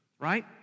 right